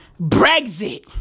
Brexit